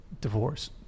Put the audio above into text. divorce